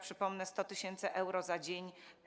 Przypomnę, 100 tys. euro kary za dzień.